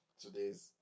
Today's